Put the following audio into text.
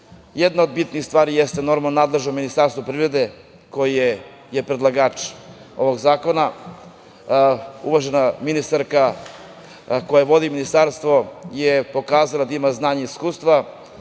od bitnih stvari jeste nadležnost Ministarstva privrede, koje je predlagač ovog zakona. Uvažena ministarka koja vodi ministarstvo je pokazala da ima znanje i iskustvo